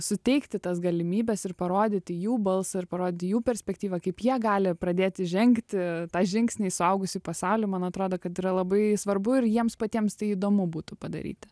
suteikti tas galimybes ir parodyti jų balsą ir parodyti jų perspektyvą kaip jie gali pradėti žengti tą žingsnį į suaugusių pasaulį man atrodo kad yra labai svarbu ir jiems patiems tai įdomu būtų padaryti